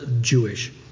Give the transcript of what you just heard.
Jewish